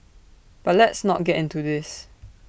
but let's not get into this